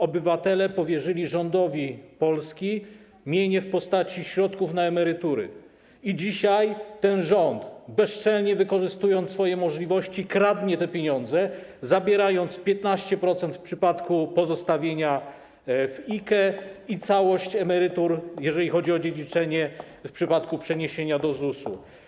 Obywatele powierzyli rządowi Polski mienie w postaci środków na emerytury i dzisiaj ten rząd, bezczelnie wykorzystując swoje możliwości, kradnie te pieniądze, zabierając 15% w przypadku pozostawienia w IKE i całość emerytur, jeżeli chodzi o dziedziczenie w przypadku przeniesienia do ZUS-u.